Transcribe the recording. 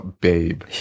babe